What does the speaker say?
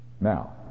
Now